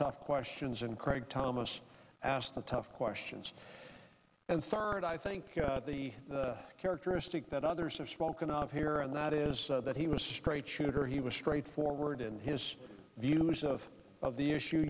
tough questions and craig thomas asked the tough questions and third i think the characteristic that others have spoken of here and that is that he was a straight shooter he was straightforward in his views of of the issue